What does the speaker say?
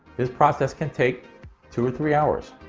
this process can take two or three hour.